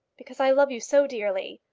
because i love you so dearly.